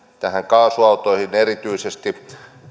näihin kaasuautoihin erityisesti